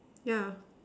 yeah